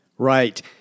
Right